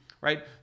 right